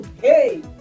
Hey